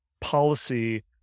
policy